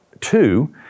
two